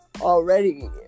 Already